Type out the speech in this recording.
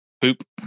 Poop